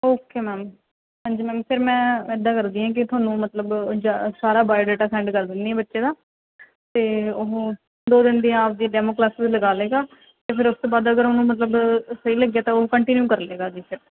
okay ma'am ਹਾਂਜੀ ma'am ਫਿਰ ਮੈਂ ਇੱਦਾਂ ਕਰਦੀ ਹਾਂ ਕਿ ਤੁਹਾਨੂੰ ਮਤਲਬ ਜ ਸਾਰਾ ਬਾਇਓਡਾਟਾ ਸੈਂਡ ਕਰ ਦਿੰਦੀ ਹਾਂ ਬੱਚੇ ਦਾ ਅਤੇ ਉਹ ਦੋ ਦਿਨ ਦੀ ਆਪਣੀ ਡੈਮੋ ਕਲਾਸਿਸ ਲਗਾ ਲੇਗਾ ਅਤੇ ਫਿਰ ਉਸ ਤੋਂ ਬਾਅਦ ਅਗਰ ਉਹਨੂੰ ਮਤਲਬ ਸਹੀ ਲੱਗਿਆ ਤਾਂ ਉਹ ਕੰਟੀਨਿਊ ਕਰ ਲੇਗਾ ਜੀ ਫਿਰ